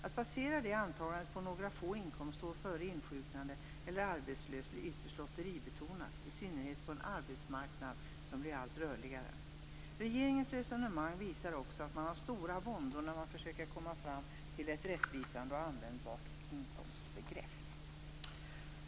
Att basera det antagandet på några få inkomstår före insjuknande eller arbetslöshet blir ytterst lotteribetonat, i synnerhet på en arbetsmarknad som blir allt rörligare. Regeringens resonemang visar också att man har stora våndor när man försöker komma fram till ett rättvisande och användbart inkomstbegrepp.